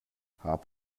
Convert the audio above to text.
hop